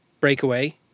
breakaway